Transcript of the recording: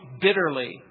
bitterly